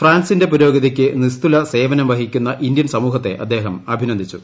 ഫ്രാൻസിന്റെ പുരോഗതിക്ക് നിസ്തുലസേവനം വഹിക്കുന്ന ഇന്ത്യൻ സമൂഹത്തെ അദ്ദേഹം അഭിനന്ദിച്ചു